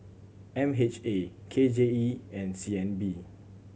M H A K J E and C N B